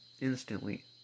instantly